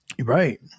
Right